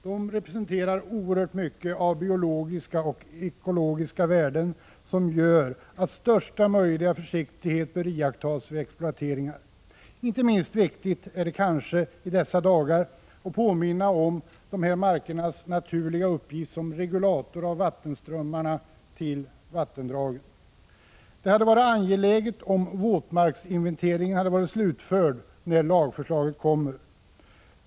De representerar oerhört mycket av biologiska och ekologiska värden, vilket gör att största möjliga försiktighet bör iakttas vid exploateringar. Inte minst viktigt är det kanske i dessa dagar att påminna om de här markernas naturliga uppgift som regulator av vattenströmmarna till vattendragen. Det hade varit angeläget att våtmarksinventeringen hade varit slutförd när lagförslaget kommer.